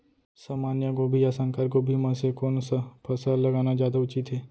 सामान्य गोभी या संकर गोभी म से कोन स फसल लगाना जादा उचित हे?